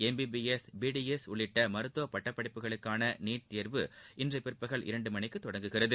MBBS BDS உள்ளிட்ட மருத்துவ பட்டப் படிப்புகளுக்கான நீட் தேர்வுஇன்று பிற்பகல் இரண்டு மணிக்கு தொடங்குகிறது